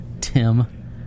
Tim